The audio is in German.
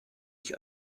ich